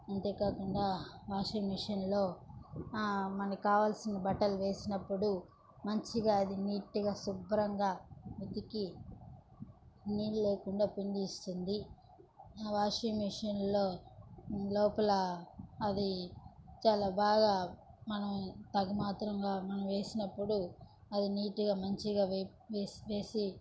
అంతేకాకుండా వాషింగ్ మిషన్లో మనకి కావాల్సిన బట్టలు వేసినప్పుడు మంచిగా అది నీట్గా శుభ్రంగా ఉతికి నీళ్ళు లేకుండా పిండి ఇస్తుంది ఆ వాషింగ్ మిషన్లో లోపల అది చాలా బాగా మనం తగు మాత్రమే కాకుండా వేసినప్పుడు అది నీటుగా మంచిగా వెయిట్ చేసి